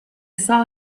saw